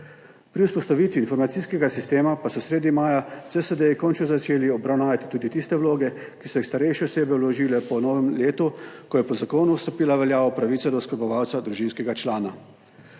Pri vzpostavitvi informacijskega sistema pa so sredi maja CSD končno začeli obravnavati tudi tiste vloge, ki so jih starejše osebe vložile po novem letu, ko je po zakonu stopila v veljavo pravica do oskrbovalca družinskega člana.